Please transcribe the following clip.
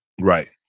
Right